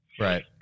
Right